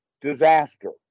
disaster